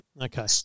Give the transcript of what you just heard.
Okay